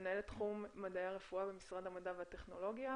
מנהלת תחום מדעי הרפואה במשרד המדע והטכנולוגיה.